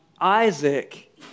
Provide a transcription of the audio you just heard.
Isaac